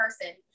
person